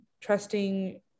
trusting